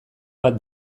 bat